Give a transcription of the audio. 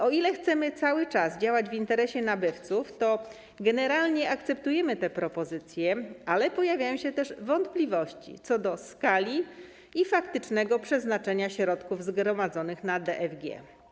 O ile chcemy cały czas działać w interesie nabywców, to generalnie akceptujemy te propozycje, ale pojawiają się też wątpliwości co do skali i faktycznego przeznaczenia środków zgromadzonych na DFG.